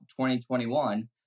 2021